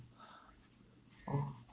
oh